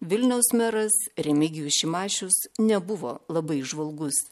vilniaus meras remigijus šimašius nebuvo labai įžvalgus